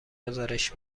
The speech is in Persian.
گزارش